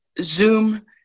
Zoom